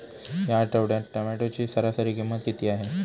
या आठवड्यात टोमॅटोची सरासरी किंमत किती आहे?